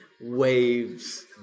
waves